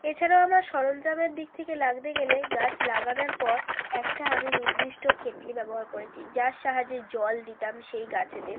এছাড়াও আমার সরঞ্জামের দিক থেকে লাগতে গেলে গাছ লাগানোর পর একটা আমি নির্দিষ্ট কেটলি ব্যবহার করেছি যার সাহায্যে জল দিতাম সেই গাছেতে